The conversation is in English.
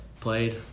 played